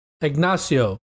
Ignacio